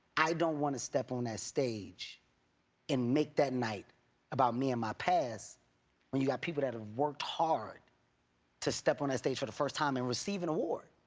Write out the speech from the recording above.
i don't want to step on a stage and make that night about me and my when you got people that have worked hard to step on a stage for the first time and receive an award.